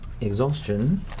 exhaustion